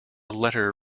letter